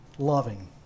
loving